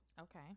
okay